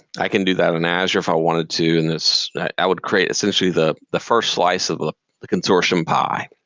i can do that in asher if i wanted to do and this, i would create essentially the the first slice of the the consortium pie.